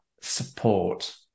support